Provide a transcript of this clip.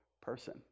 person